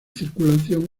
circulación